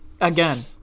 again